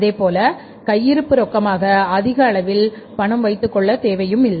அதேபோல கையிருப்பு ரொக்கமாக அதிக அளவில் பணம் வைத்துக் கொள்ள தேவையில்லை